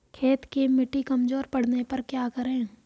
खेत की मिटी कमजोर पड़ने पर क्या करें?